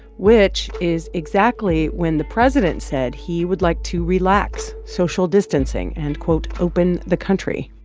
which is exactly when the president said he would like to relax social distancing and, quote, open the country.